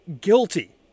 guilty